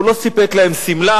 הוא לא סיפק להם שמלה,